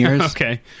Okay